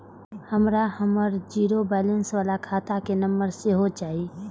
हमरा हमर zero balance बाला खाता के नम्बर सेहो चाही